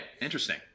interesting